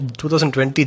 2020